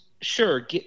sure